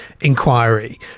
inquiry